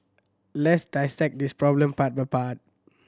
let's dissect this problem part by part